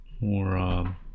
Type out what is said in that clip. more